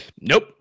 Nope